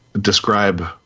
describe